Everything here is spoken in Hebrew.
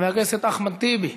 חבר הכנסת אחמד טיבי.